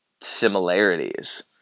similarities